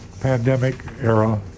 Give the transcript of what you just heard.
pandemic-era